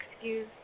excuse